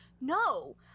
no